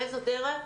באיזו דרך?